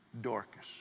Dorcas